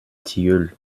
tilleul